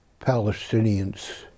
Palestinians